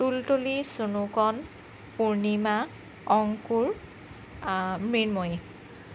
Tultuli Chunukon Purnima Ankur Mrinmoyee